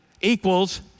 equals